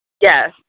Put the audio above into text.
Yes